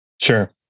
Sure